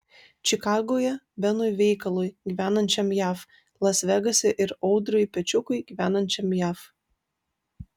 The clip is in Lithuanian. čikagoje benui veikalui gyvenančiam jav las vegase ir audriui pečiukui gyvenančiam jav